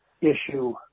issue